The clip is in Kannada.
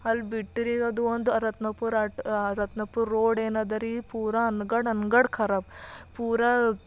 ಅಲ್ಲಿ ಬಿಟ್ರೆ ಈಗ ಅದು ಒಂದು ರತ್ನಪುರ ಅಷ್ಟ್ ರತ್ನಪುರ ರೋಡ್ ಏನು ಇದೆ ರೀ ಪೂರ ಅನ್ಗಡ್ ಅನ್ಗಡ್ ಖರಾಬ್ ಪೂರ